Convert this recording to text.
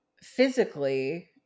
Physically